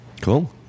Cool